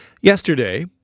Yesterday